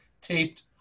taped